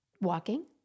walking